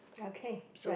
okay right